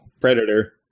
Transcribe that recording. Predator